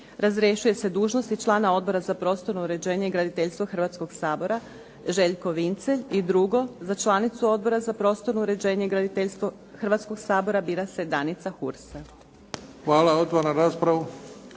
razrješuje se dužnosti člana Odbora za prostorno uređenje i graditeljstvo Hrvatskog sabora, Željko Vincelj. I drugo, za članicu Odbora za prostorno uređenje i graditeljstvo Hrvatskog sabora bira se Danica Hursa. **Bebić, Luka